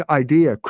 idea